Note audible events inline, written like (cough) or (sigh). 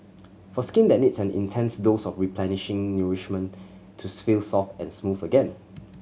for skin that needs an intense dose of replenishing nourishment to (unintelligible) feel soft and smooth again